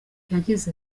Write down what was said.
yagize